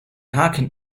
haken